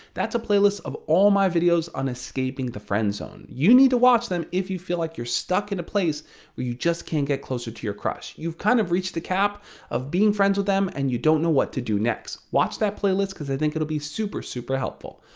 that's a playlist on all my videos about escaping the friend zone. you need to watch them if you feel like you're stuck in a place where you just can't get closer to your crush. you kind of reached the cap of being friends with them and you don't know what to do next. watch that playlist because i think it'll be super super helpful.